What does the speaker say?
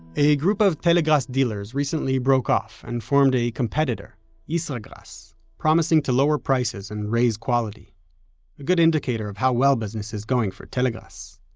a group of telegrass dealers recently broke off and formed a competitor yisragrass promising to lower prices and raise quality a good indicator of how well business is going for telegrass.